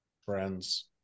Friends